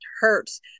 hurts